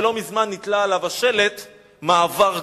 שלא מזמן נתלה עליו השלט "מעבר גבול".